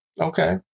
okay